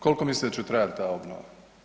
Koliko mislite da će trajati ta obnova?